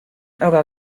eurer